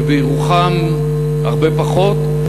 ובירוחם הרבה פחות.